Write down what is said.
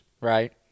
right